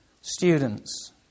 students